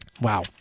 Wow